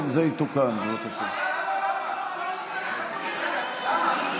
למה היא